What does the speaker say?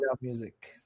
music